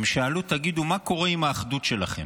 הם שאלו: תגידו, מה קורה עם האחדות שלכם?